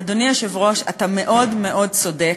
אדוני היושב-ראש, אתה מאוד מאוד צודק.